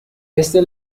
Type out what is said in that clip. este